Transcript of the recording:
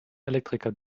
elektriker